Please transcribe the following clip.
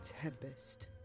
Tempest